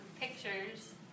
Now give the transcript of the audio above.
pictures